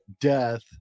death